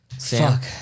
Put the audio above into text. Fuck